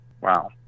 Wow